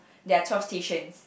there are twelve stations